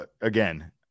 again